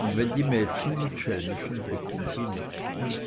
und wenn die mädchen mit schelmischen blicken sie neckten